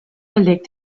belegte